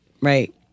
right